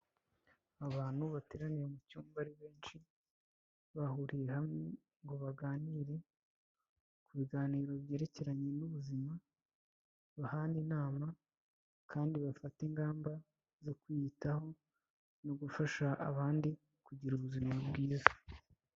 Abantu bateraniye mu cyumba ari benshi, bahuriye hamwe ngo baganire ku biganiro byerekeranye n'ubuzima, bahana inama kandi bafate ingamba zo kwiyitaho no gufasha abandi kugira ubuzima bwiza.